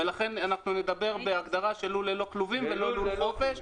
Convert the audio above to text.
ולכן אנחנו נדבר בהגדרה של לול ללא כלובים ולא לול חופש,